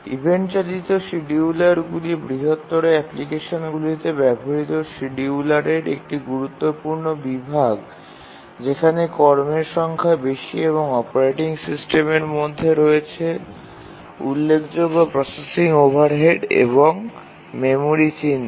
event চালিত শিডিয়ুলারগুলি বৃহত্তর অ্যাপ্লিকেশনগুলিতে ব্যবহৃত শিডিয়ুলারের একটি গুরুত্বপূর্ণ বিভাগ যেখানে কর্মের সংখ্যা বেশি এবং অপারেটিং সিস্টেমের মধ্যে রয়েছে উল্লেখযোগ্য প্রসেসিং ওভারহেড এবং মেমরি চিহ্ন